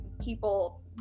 people